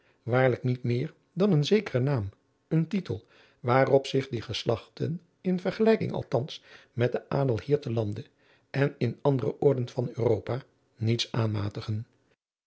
waarlijk niet meer dan een zekere naam een titel waarop zich die geslachten in vergelijking althans met den adel hier te lande en in andere oorden van europa niets aanmatigen